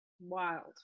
wild